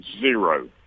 zero